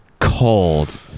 Cold